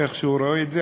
איך שהוא רואה את זה.